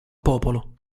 popolo